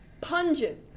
pungent